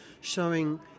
showing